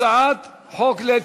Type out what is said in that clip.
הצעת חוק לתיקון,